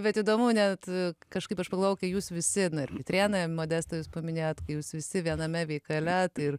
bet įdomu net kažkaip aš pagalvojau kai jūs visi na ir petrėnai modestas paminėjot kai jūs visi viename veikale ir